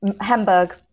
Hamburg